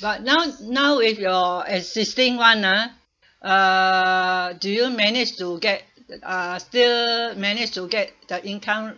but now now with your existing [one] ah uh do you manage to get uh still manage to get the income